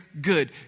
good